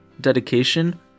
dedication